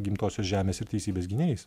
gimtosios žemės ir teisybės gynėjais